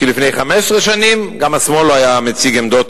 כי לפני 15 שנים גם השמאל לא היה מציג עמדות